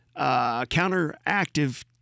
counteractive